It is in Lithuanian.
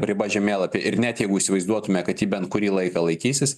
riba žemėlapy ir net jeigu įsivaizduotume kad ji bent kurį laiką laikysis